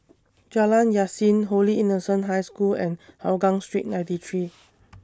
Jalan Yasin Holy Innocents' High School and Hougang Street ninety three